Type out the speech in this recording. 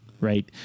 Right